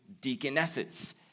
deaconesses